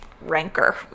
rancor